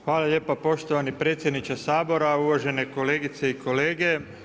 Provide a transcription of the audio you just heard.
Hvala lijepa poštovani predsjedniče Sabora, uvažene kolegice i kolege.